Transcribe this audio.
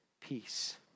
peace